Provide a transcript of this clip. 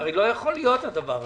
הרי לא יכול להיות הדבר הזה.